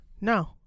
No